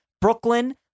Brooklyn